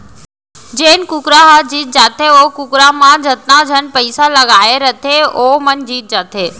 जेन कुकरा ह जीत जाथे ओ कुकरा म जतका झन पइसा लगाए रथें वो मन जीत जाथें